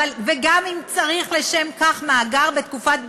וגם אם צריך לשם כך מאגר בתקופת ביניים,